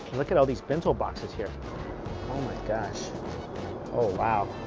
look at all these bento boxes here oh my gosh oh wow